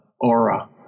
aura